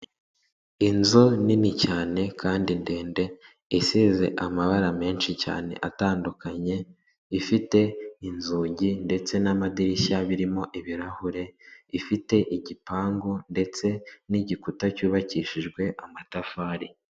Inzu nini cyane kandi ndende, isize amabara menshi cyane atandukanye, ifite inzugi ndetse n'amadirishya birimo ibirahure, ifite igipangu ndetse n'igikuta cyubakishijwe amatafari.